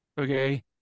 okay